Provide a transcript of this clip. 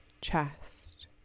chest